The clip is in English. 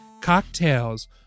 cocktails